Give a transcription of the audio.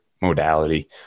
modality